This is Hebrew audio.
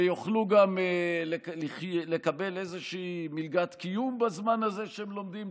ויוכלו גם לקבל איזושהי מלגת קיום בזמן הזה שהם לומדים,